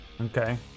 Okay